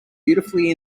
beautifully